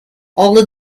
all